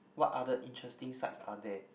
what other interesting sites are there